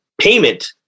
payment